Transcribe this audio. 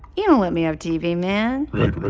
you don't let me have tv, man right, right.